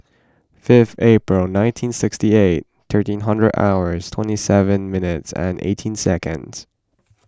fifth April nineteen sixty eight thirteen hundred hours twenty seven minutes and eighteen seconds